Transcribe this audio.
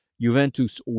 Juventus